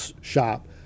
shop